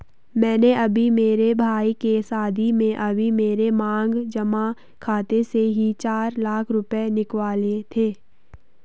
मैंने अभी मेरे भाई के शादी में अभी मेरे मांग जमा खाते से ही चार लाख रुपए निकलवाए थे